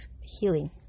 healing